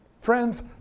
Friends